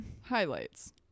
highlights